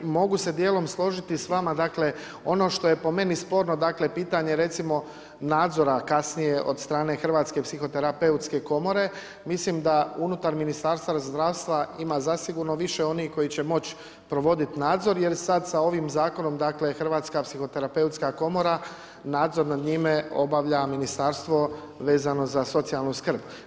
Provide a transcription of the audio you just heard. Dakle, mogu se dijelom složiti s vama, dakle, ono što je po meni sporno, pitanje, recimo nadzora, kasnije od strane Hrvatske psihoterapeutske komore, mislim da unutar Ministarstva zdravstva ima zasigurno više onih koji će moći provoditi nadzor, jer sad s ovim zakonom Hrvatska psihoterapeutska komora nadzor nad njime obavlja ministarstvo vezano za socijalnu skrb.